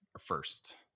first